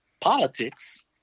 politics